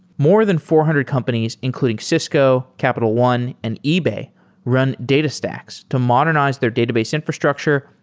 more than four hundred companies including cisco, capital one, and ebay run datastax to modernize their database infrastructure,